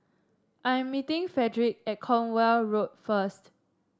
I am meeting Frederic at Cornwall Road first